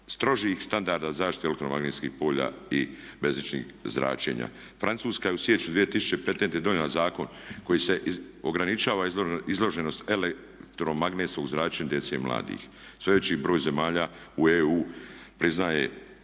strožih standarda zaštite elektromagnetskih polja i bežičnih zračenja. Francuska je u siječnju 2015. donijela zakon koji se ograničava izloženost elektromagnetskog zračenja djece i mladih. Sljedeći broj zemalja u EU priznao